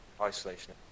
Isolation